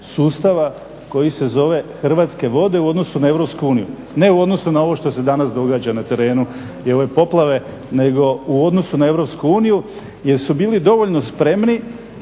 sustava koji se zove Hrvatske vode u odnosu na Europsku uniju, ne u odnosu na ovo što se danas događa na terenu i ove poplave nego u odnosu na Europsku uniju jer su bili dovoljno spremni,